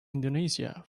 indonesia